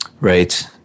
Right